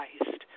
Christ